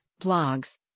blogs